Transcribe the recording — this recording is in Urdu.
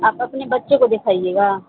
آپ اپنے بچوں کو دکھائیے گا